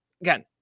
again